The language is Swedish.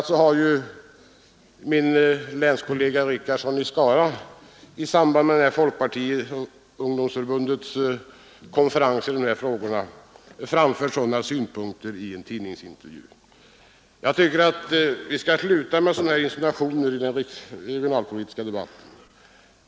a. har ju min länskollega herr Richardson i Skara i samband med folkpartiungdomsförbundets konferens i de här frågorna framfört sådana synpunkter i en tidningsintervju. Jag tycker att vi skall sluta med sådana här insinuationer i den regionalpolitiska debatten.